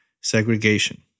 Segregation